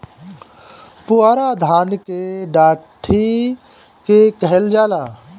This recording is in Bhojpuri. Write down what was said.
पुअरा धान के डाठी के कहल जाला